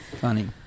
Funny